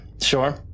sure